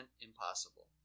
impossible